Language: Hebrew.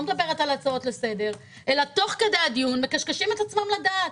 מדברת על הצעות לסדר אלא תוך כדי הדיון מקשקשים את עצמם לדעת.